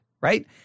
right